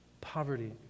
poverty